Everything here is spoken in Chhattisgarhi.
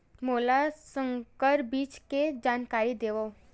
मोला संकर बीज के जानकारी देवो?